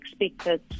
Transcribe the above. expected